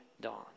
dawn